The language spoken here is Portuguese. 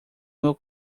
meu